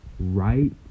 right